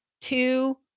two